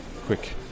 quick